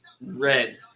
red